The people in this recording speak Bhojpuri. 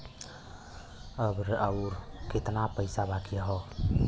अब अउर कितना पईसा बाकी हव?